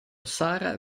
sara